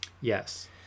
yes